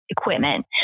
equipment